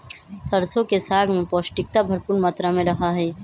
सरसों के साग में पौष्टिकता भरपुर मात्रा में रहा हई